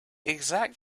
exact